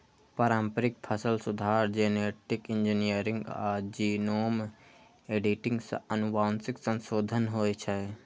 पारंपरिक फसल सुधार, जेनेटिक इंजीनियरिंग आ जीनोम एडिटिंग सं आनुवंशिक संशोधन होइ छै